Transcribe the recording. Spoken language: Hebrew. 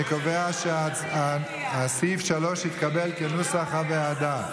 אני קובע שסעיף 3, כנוסח הוועדה,